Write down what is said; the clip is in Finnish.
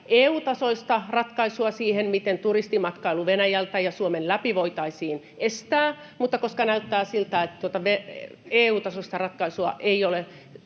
EU-tasoista ratkaisua siihen, miten turistimatkailu Venäjältä ja Suomen läpi voitaisiin estää. Mutta koska näyttää siltä, että tuota EU-tasoista ratkaisua ei ole